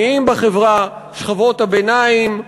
העניים בחברה, שכבות הביניים,